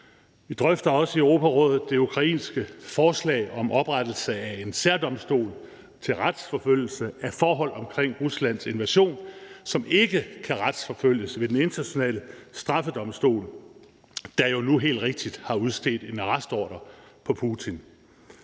Vi drøfter også i Europarådet det ukrainske forslag om oprettelse af en særdomstol til retsforfølgelse af forhold omkring Ruslands invasion, som ikke kan retsforfølges ved Den Internationale Straffedomstol, der jo helt rigtigt nu har udstedt en arrestordre på Putin.